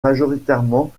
majoritairement